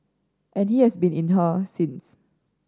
and he has been in her since